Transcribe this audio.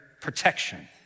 protection